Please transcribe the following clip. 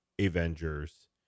Avengers